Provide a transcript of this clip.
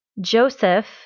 Joseph